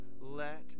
let